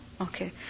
Okay